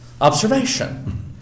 observation